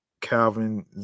Calvin